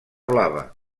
blava